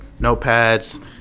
notepads